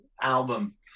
album